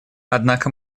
однако